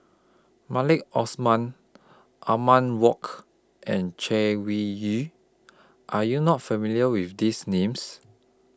Maliki Osman Othman Wok and Chay Weng Yew Are YOU not familiar with These Names